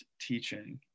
teaching